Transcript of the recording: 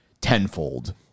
tenfold